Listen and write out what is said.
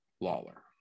Lawler